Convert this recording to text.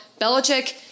Belichick